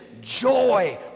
joy